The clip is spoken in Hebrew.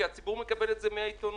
כי הציבור מקבל את זה מהעיתונות.